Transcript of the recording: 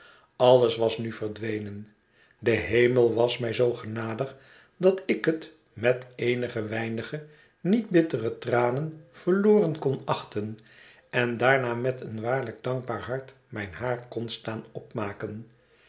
alles was nu verdwenen de hemel was mij zoo genadig dat ik het met eenige weinige niet bittere tranen verloren kon achten en daarna met een waarlijk dankbaar hart mijn haar kon staan opmaken